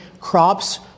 crops